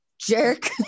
jerk